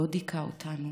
ולא דיכא אותנו.